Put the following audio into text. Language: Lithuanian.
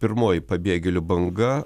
pirmoji pabėgėlių banga